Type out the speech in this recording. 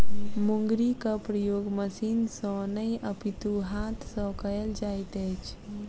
मुंगरीक प्रयोग मशीन सॅ नै अपितु हाथ सॅ कयल जाइत अछि